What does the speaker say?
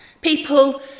People